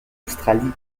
australie